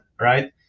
right